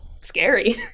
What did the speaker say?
scary